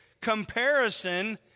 Comparison